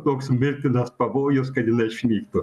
toks mirtinas pavojus kad jinai išnyktų